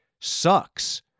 sucks